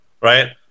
right